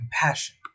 compassion